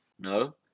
No